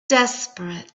desperate